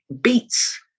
beats